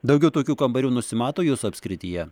daugiau tokių kambarių nusimato jūsų apskrityje